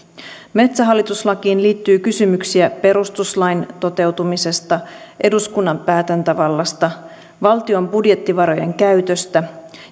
metsähallitus lakiin liittyy kysymyksiä perustuslain toteutumisesta eduskunnan päätäntävallasta valtion budjettivarojen käytöstä